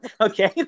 Okay